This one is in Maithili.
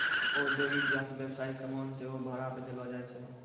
औद्योगिक या व्यवसायिक समान सेहो भाड़ा पे देलो जाय छै